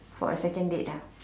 for a second date ah